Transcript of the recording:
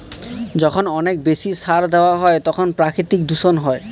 যখন অনেক বেশি সার দেওয়া হয় তখন প্রাকৃতিক দূষণ হয়